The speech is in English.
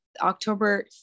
october